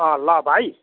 अँ ल भाइ